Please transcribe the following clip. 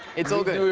it's all good,